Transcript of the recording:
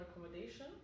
accommodation